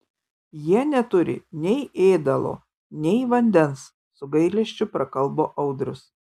jie neturi nei ėdalo nei vandens su gailesčiu prakalbo audrius